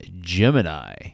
Gemini